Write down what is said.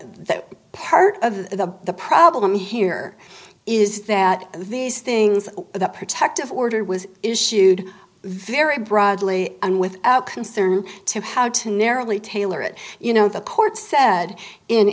that part of the the problem here is that these things that protective order was issued very broadly and with concern to how to narrowly tailor it you know the court said in